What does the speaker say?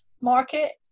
market